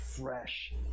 fresh